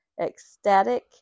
ecstatic